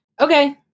Okay